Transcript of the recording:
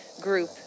group